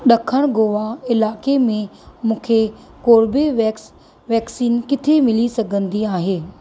ड॒खिण गोवा इलाइक़े में मूंखे कोर्बीवेक्स वैक्सीन किथे मिली सघंदी आहे